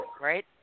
right